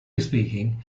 speaking